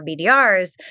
BDRs